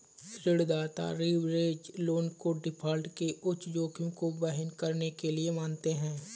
ऋणदाता leverage loan को default के उच्च जोखिम को वहन करने के लिए मानते हैं